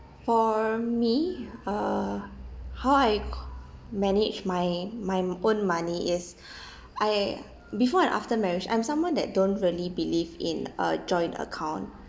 for me uh how I managed my my own money is I before and after marriage I'm someone that don't really believe in a joint account